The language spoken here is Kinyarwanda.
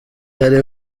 hari